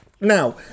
Now